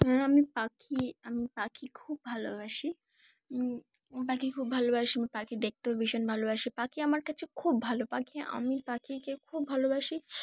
হ্যাঁ আমি পাখি আমি পাখি খুব ভালোবাসি পাখি খুব ভালোবাসি আমি পাখি দেখতেও ভীষণ ভালোবাসি পাখি আমার কাছে খুব ভালো পাখি আমি পাখিকে খুব ভালোবাসি